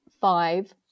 five